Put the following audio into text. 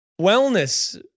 wellness